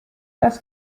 das